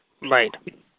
Right